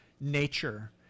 nature